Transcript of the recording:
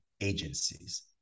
agencies